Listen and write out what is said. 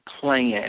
plan